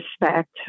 respect